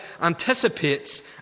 anticipates